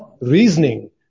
reasoning